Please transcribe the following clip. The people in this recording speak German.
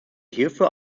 hierfür